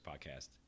podcast